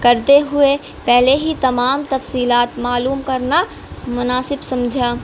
کرتے ہوئے پہلے ہی تمام تفصیلات معلوم کرنا مناسب سمجھا